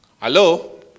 Hello